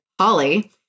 Holly